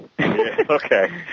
Okay